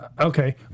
Okay